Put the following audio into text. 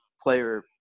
player